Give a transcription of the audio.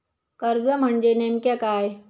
कर्ज म्हणजे नेमक्या काय?